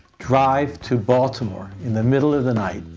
drive to baltimore in the middle of the night,